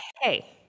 hey